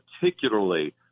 particularly –